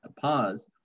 pause